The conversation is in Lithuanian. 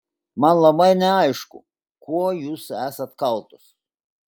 man labai neaišku kuo jūs esat kaltos